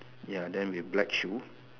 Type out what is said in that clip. ya then with black shoe